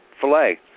filet